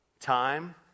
time